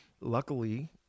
luckily